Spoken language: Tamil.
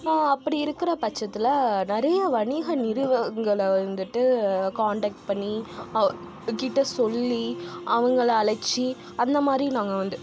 அப்படி இருக்கிற பட்சத்தில் நிறைய வணிக நிறுவனங்களை வந்துட்டு காண்டக்ட் பண்ணி அவங்க கிட்ட சொல்லி அவங்களை அழைச்சி அந்த மாதிரி நாங்கள் வந்துட்டு